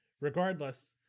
Regardless